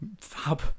Fab